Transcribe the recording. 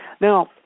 Now